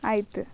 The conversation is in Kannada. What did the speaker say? ಆಯ್ತು